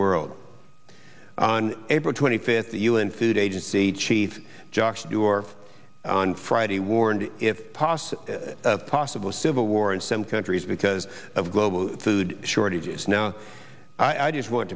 world on april twenty fifth the un food agency chief josh door on friday warned if possible possible civil war in some countries because of global food shortages now i just want